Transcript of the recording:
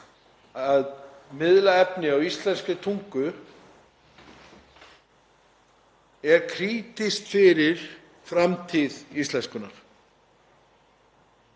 að miðla efni á íslenskri tungu er krítískt fyrir framtíð íslenskunnar.